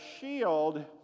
shield